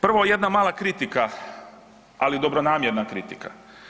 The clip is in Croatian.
Prvo jedna mala kritika, ali dobronamjerna kritika.